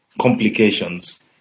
complications